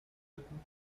bitten